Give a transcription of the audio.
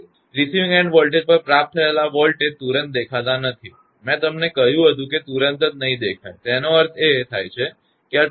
receiving end પર પ્રાપ્ત થતાં વોલ્ટેજ તુરંત દેખાતા નથી મેં તમને કહ્યું હતું કે તે તુરંત જ દેખાશે નહીં તેનો અર્થ એ થાય છે કે આ ટ્રાવેલીંગની ઘટના છે